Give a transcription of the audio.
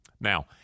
Now